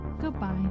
Goodbye